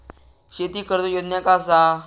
शेती कर्ज योजना काय असा?